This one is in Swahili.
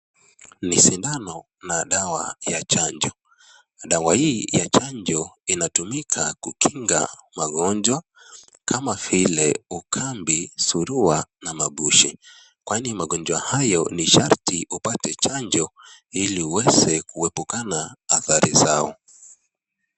Ni sindano na dawa ya chanjo. Dawa hii ya chanjo, inatumika kukinga ugonjwa kama vile. ukambi, surua na mabushi. Kwani magoonwa hayo ni sharti, upate chanjo, ili uweze kuepukana hadhari zao.